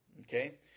Okay